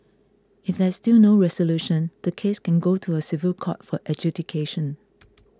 if there is still no resolution the case can go to a civil court for adjudication